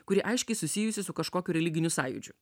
kuri aiškiai susijusi su kažkokiu religiniu sąjūdžiu